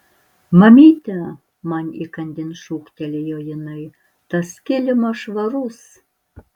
mamyte man įkandin šūktelėjo jinai tas kilimas švarus